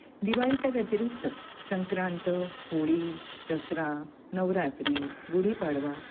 दिवाळीच्या व्यतिरिक्त संक्रांत होळी दसरा नवरात्री गुढीपाडवा